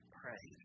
pray